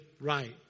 right